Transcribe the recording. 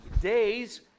days